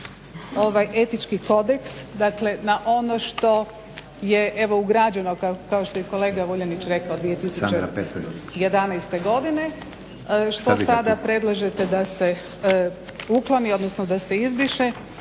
ovaj Etički kodeks, dakle na ono što je evo ugrađeno kao što je i kolega Vuljanić rekao 2011. godine što sada predlažete da se ukloni, odnosno da se izbriše.